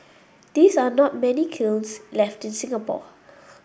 these are not many kilns left in Singapore